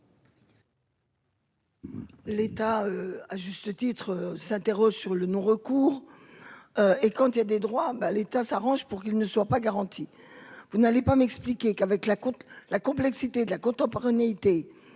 L'État, à juste titre s'interroge sur le non recours et quand il y a des droits, bah, l'État s'arrange pour qu'il ne soit pas garantie, vous n'allez pas m'expliquer qu'avec la coupe, la complexité